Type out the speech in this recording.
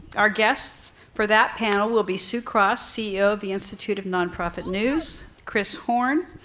our guests for that panel will be sue cross, ceo of the institute of nonprofit news, chris horn,